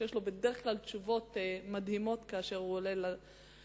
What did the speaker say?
שיש לו בדרך כלל תשובות מדהימות כאשר הוא עולה לנאום,